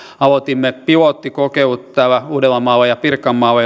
aloitimme pilottikokeilut täällä uudellamaalla ja pirkanmaalla